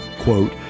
quote